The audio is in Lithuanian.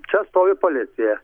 čia stovi policija